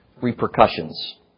repercussions